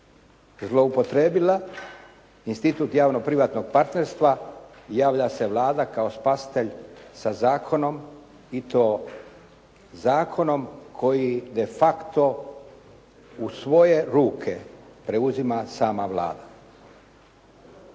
zloupotrijebila institut javno-privatnog praksa, javlja se Vlada kao spasitelj sa zakon i to zakonom koji de facto u svoje ruke preuzima sama Vlada.